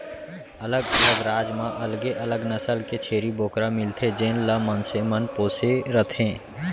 अलग अलग राज म अलगे अलग नसल के छेरी बोकरा मिलथे जेन ल मनसे मन पोसे रथें